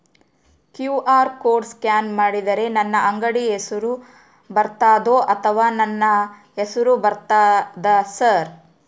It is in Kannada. ಕ್ಯೂ.ಆರ್ ಕೋಡ್ ಸ್ಕ್ಯಾನ್ ಮಾಡಿದರೆ ನನ್ನ ಅಂಗಡಿ ಹೆಸರು ಬರ್ತದೋ ಅಥವಾ ನನ್ನ ಹೆಸರು ಬರ್ತದ ಸರ್?